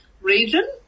region